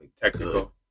Technical